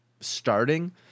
starting